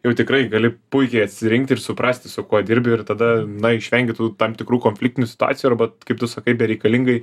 jau tikrai gali puikiai atsirinkt ir suprasti su kuo dirbi ir tada na išvengi tų tam tikrų konfliktinių situacijų arba kaip tu sakai bereikalingai